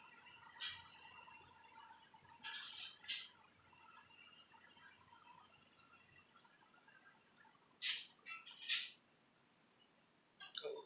oh